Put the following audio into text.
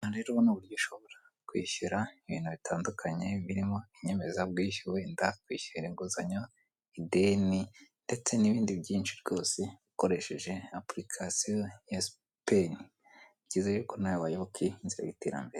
Aha rero ni uburyo ushobora kwishyura ibintu bitandukanye birimo inyemezabwishyu wenda kwishyura inguzanyo ideni ndetse n'ibindi byinshi rwose ukoresheje apurikasiyo ya sipeni byiza yuko nawe wayoboka inzira y'iterambere.